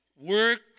Work